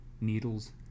needles